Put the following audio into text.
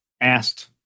asked